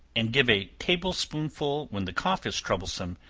and give a table-spoonful when the cough is troublesome,